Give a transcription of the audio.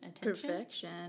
Perfection